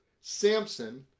Samson